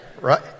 right